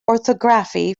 orthography